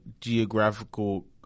geographical